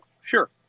Sure